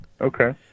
Okay